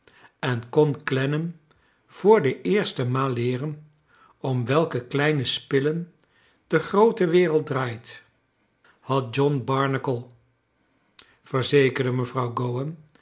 en kon clennam voor de eerste maal leeren om welke kleine s pi hen de groote we eld draait had john barnacle verzekerde mevrouw